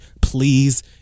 please